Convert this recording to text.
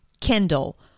Kendall